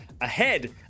ahead